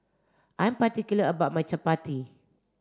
I'm particular about my Chappati